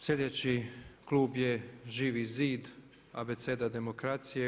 Slijedeći klub je ŽIVI ZID, Abeceda demokracije.